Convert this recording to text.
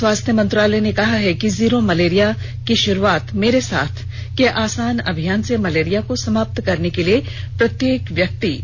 स्वास्थ्य मंत्रालय ने कहा है कि जीरो मलेरिया की शुरुआत मेरे साथ के आसान अभियान से मलेरिया को समाप्त करने के लिए प्रत्येक व्यक्ति शपथ ले